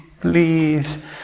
please